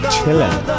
Chilling